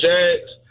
Jags